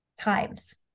times